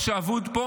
מה שאבוד פה